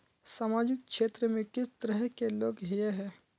सामाजिक क्षेत्र में किस तरह के लोग हिये है?